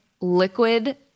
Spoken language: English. liquid